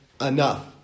enough